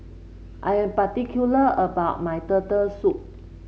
I'm particular about my Turtle Soup